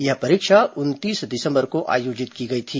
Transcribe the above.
यह परीक्षा उनतीस दिसम्बर को आयोजित की गई थी